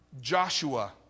Joshua